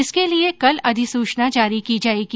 इसके लिये कल अधिसूचना जारी की जायेगी